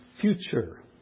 future